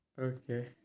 Okay